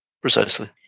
Precisely